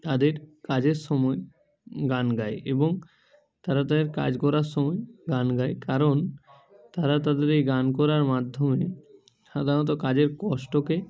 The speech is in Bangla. তাদের কাজের সময় গান গায় এবং তারা তাদের কাজ করার সময় গান গায় কারণ তারা তাদের এই গান করার মাধ্যমে সাধারণত কাজের কষ্টকে